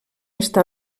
està